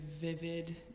vivid